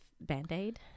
band-aid